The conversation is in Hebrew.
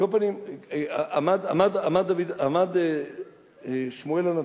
על כל פנים, עמד שמואל הנביא,